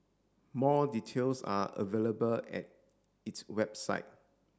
more details are available at its website